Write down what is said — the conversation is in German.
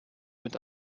mit